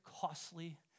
costly